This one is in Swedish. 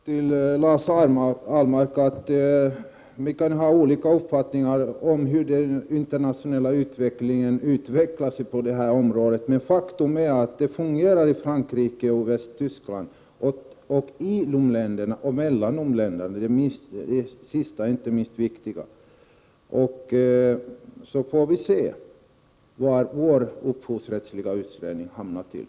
Herr talman! Jag vill säga till Lars Ahlmark att vi kan ha olika upppfattningar om den internationella utvecklingen på detta område, men faktum är att detta system fungerar i Frankrike och Västtyskland, både i länderna och mellan länderna — det sista är inte minst viktigt. Vi får sedan se vad upphovsrättsutredningen kommer fram till.